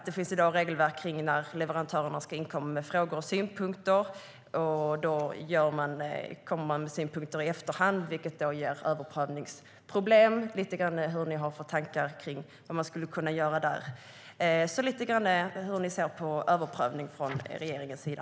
Det finns i dag regelverk om när leverantörerna ska inkomma med frågor och synpunkter. De kommer då med synpunkter i efterhand, vilket ger överprövningsproblem. Jag skulle vilja veta lite grann vad ni har för tankar om vad man skulle kunna göra där. Jag vill veta lite grann hur ni ser på överprövning från regeringens sida.